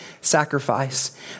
sacrifice